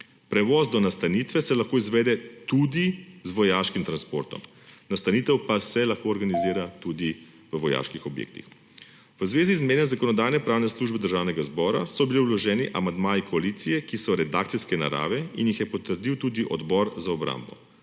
Prevoz do nastanitve se lahko izvede tudi z vojaškim transportom, nastanitev pa se lahko organizira tudi v vojaških objektih. V zvezi z mnenjem Zakonodajno-pravne službe Državnega zbora so bili vloženi amandmaji koalicije, ki so redakcijske narave in jih je potrdil tudi Odbor za obrambo.